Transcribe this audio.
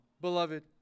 beloved